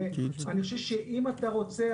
אני חושב שאם אתה רוצה,